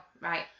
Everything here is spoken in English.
right